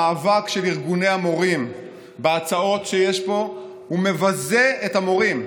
המאבק של ארגוני המורים בהצעות שיש פה מבזה את המורים.